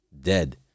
Dead